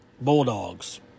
Bulldogs